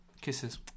Kisses